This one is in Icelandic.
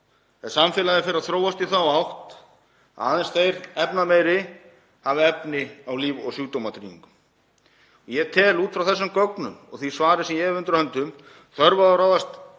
mál ef samfélagið er að þróast í þá átt að aðeins þeir efnameiri hafa efni á líf- og sjúkdómatryggingum. Ég tel, út frá þessum gögnum og því svari sem ég hef undir höndum, þörf á að ráðast